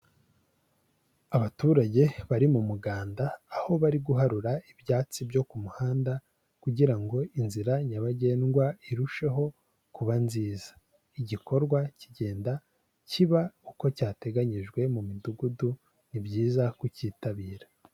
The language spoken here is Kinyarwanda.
Abaturage bari mu muganda, aho bari guharura ibyatsi byo ku muhanda, kugira ngo inzira nyabagendwa irusheho kuba nziza, igikorwa kigenda kiba uko cyateganyijwe mu midugudu, ni byiza kucyitabira.